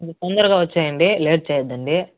తొందరగా వచ్చేయండి లేట్ చేయద్దండి